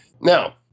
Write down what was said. Now